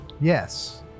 Yes